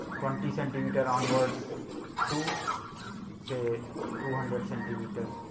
twenty centimetre onwards to say two hundred centimetre